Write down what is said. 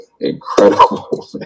incredible